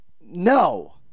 No